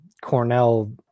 Cornell –